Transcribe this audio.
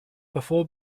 before